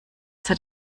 seit